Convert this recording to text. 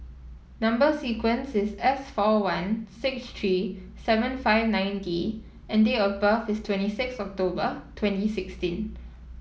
number sequence is S four one six three seven five nine D and date of birth is twenty six October twenty sixteen